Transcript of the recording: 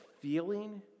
feeling